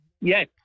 Yes